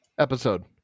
Episode